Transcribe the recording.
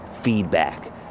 feedback